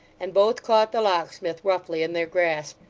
and both caught the locksmith roughly in their grasp.